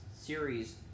series